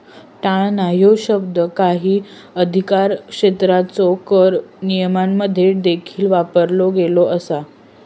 टाळणा ह्यो शब्द काही अधिकारक्षेत्रांच्यो कर नियमांमध्ये देखील वापरलो गेलो असा